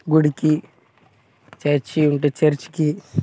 గుడికి చర్చి ఉంటే చర్చికి